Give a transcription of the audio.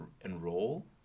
enroll